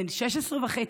בן 16 וחצי,